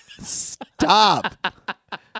Stop